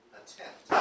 attempt